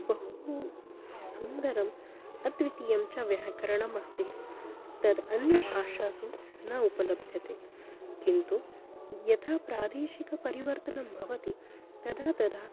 बहु सुन्दरम् अद्वितीयं च व्याकरणम् अस्ति तद् अन्यभाषासु न उपलभ्यते किन्तु यथा प्रादेशिकपरिवर्तनं भवति तदा तदा